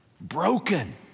Broken